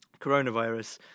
coronavirus